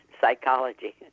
psychology